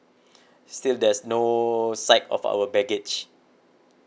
still there's no sight of our baggage